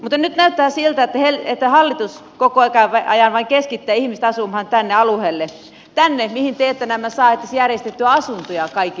mutta nyt näyttää siltä että hallitus koko ajan vain keskittää ihmiset asumaan tälle alueelle tänne mihin te ette näemmä saa edes järjestettyä asuntoja kaikille ihmisille